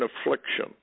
affliction